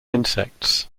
insects